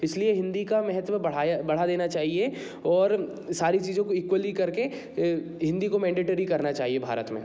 इसलिए हिंदी का महत्व बढ़ाया बढ़ा देना चाहिए और सारी चीज़ों की इक्वली करके हिंदी को मैंडेटरी करना चाहिए भारत में